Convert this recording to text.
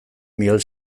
miguel